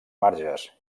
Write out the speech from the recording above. marges